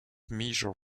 measure